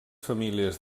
famílies